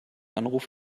anruf